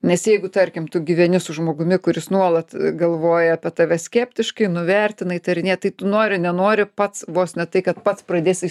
nes jeigu tarkim tu gyveni su žmogumi kuris nuolat galvoja apie tave skeptiškai nuvertina įtarinėja tai tu nori nenori pats vos ne tai kad pats pradėsi